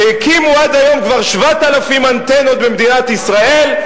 שהקימו עד היום כבר 7,000 אנטנות במדינת ישראל,